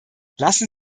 lassen